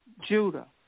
Judah